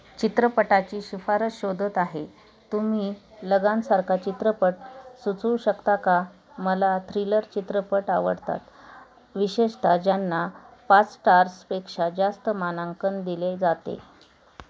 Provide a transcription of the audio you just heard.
चित्रपटाची शिफारस शोधत आहे तुम्ही लगानसारखा चित्रपट सुचवू शकता का मला थ्रिलर चित्रपट आवडतात विशेषतः ज्यांना पाच स्टार्सपेक्षा जास्त मानांकन दिले जाते